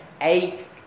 eight